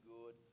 good